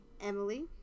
Emily